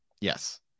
Yes